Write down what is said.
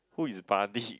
who is buddy